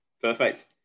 Perfect